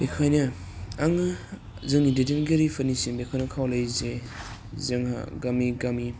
बेखायनो आङो जोंनि दैदेनगिरिफोरनिसिम बेखौनो खावलायो जे जोङो गामि गामि